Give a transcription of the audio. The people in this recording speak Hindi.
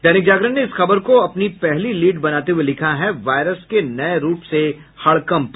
दैनिक जागरण ने इस खबर को अपनी पहली लीड बनाते हुए लिखा है वायरस के नये रूप से हड़कंप